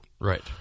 Right